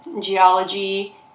geology